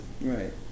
Right